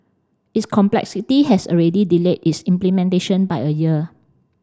its complexity has already delayed its implementation by a year